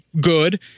good